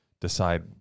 decide